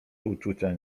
uczucia